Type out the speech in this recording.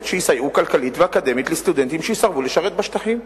שיסייעו כלכלית ואקדמית לסטודנטים שיסרבו לשרת בשטחים.